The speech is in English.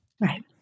Right